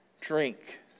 drink